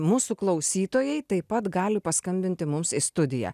mūsų klausytojai taip pat gali paskambinti mums į studiją